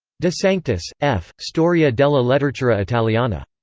de sanctis, f, storia della letteratura italiana.